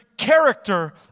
character